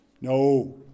No